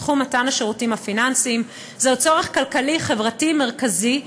בתחום מתן השירותים הפיננסיים זהו צורך כלכלי-חברתי מרכזי,